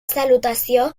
salutació